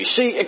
See